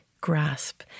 grasp